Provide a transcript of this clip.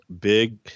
Big